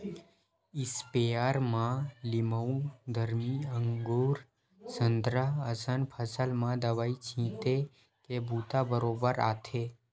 sprayer म लीमउ, दरमी, अगुर, संतरा असन फसल म दवई छिते के बूता बरोबर आथे